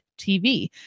TV